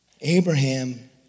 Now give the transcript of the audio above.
Abraham